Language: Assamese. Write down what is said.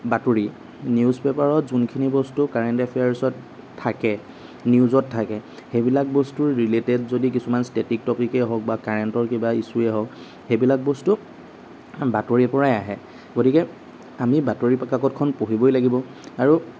বাতৰি নিউজপেপাৰত যোনখিনি বস্তু কাৰেণ্ট এফেয়াৰ্চত থাকে নিউজত থাকে সেইবিলাক বস্তুৰ ৰিলেটেড যদি কিছুমান ষ্টেটিক টপিকেই হওক বা কাৰেণ্টৰ কিবা ইচ্চ্যুৱেই হওক সেইবিলাক বস্তু বাতৰিৰ পৰাই আহে গতিকে আমি বাতৰি কাকতখন পঢ়িবই লাগিব আৰু